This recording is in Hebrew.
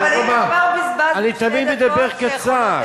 אבל אני תמיד מדבר קצר.